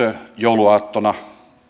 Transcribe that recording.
jouluaattona